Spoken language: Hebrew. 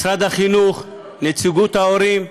משרד החינוך ונציגות ההורים.